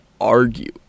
argue